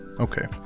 Okay